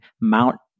mount